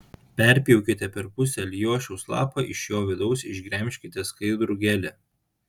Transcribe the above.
perpjaukite per pusę alijošiaus lapą iš jo vidaus išgremžkite skaidrų gelį